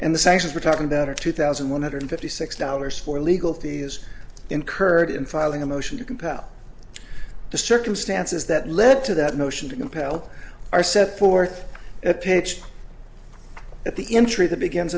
and the sanctions we're talking about are two thousand one hundred fifty six dollars for legal fees incurred in filing a motion to compel the circumstances that led to that notion to compel are set forth at page at the entry that begins